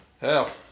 Hell